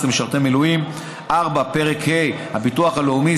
למשרתי מילואים); 4. פרק ה' (הביטוח הלאומי),